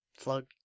plug